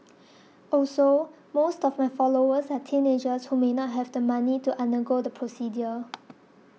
also most of my followers are teenagers who may not have the money to undergo the procedure